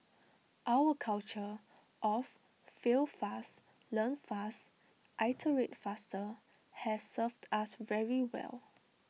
our culture of 'fail fast learn fast iterate faster' has served us very well